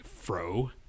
fro